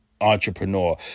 entrepreneur